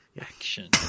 action